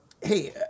Hey